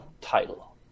title